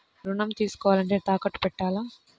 నేను ఋణం తీసుకోవాలంటే తాకట్టు పెట్టాలా?